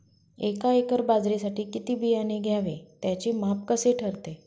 एका एकर बाजरीसाठी किती बियाणे घ्यावे? त्याचे माप कसे ठरते?